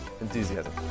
enthusiasm